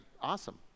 awesome